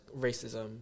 racism